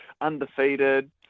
undefeated